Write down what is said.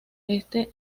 este